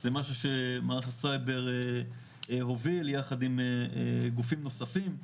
זה משהו שמערך הסייבר הווה ליחד עם גופים נוספים.